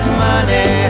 money